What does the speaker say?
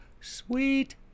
sweet